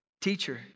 Teacher